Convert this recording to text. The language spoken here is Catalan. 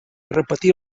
repetí